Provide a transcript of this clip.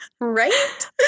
Right